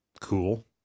cool